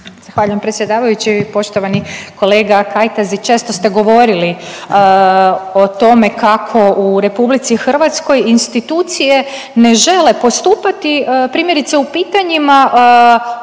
Zahvaljujem predsjedavajući. Poštovani kolega Kajtazi, često ste govorili o tome kako u RH institucije ne žele postupati primjerice u pitanjima